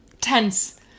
tense